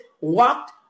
walked